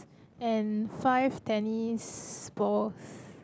and five tennis balls